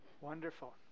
Wonderful